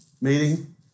meeting